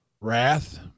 wrath